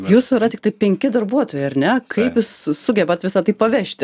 jūsų yra tiktai penki darbuotojai ar ne kaip jūs s sugebat visa tai pavežti